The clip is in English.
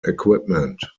equipment